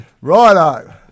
righto